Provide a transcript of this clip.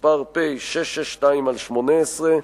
פ/662/18,